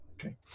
Okay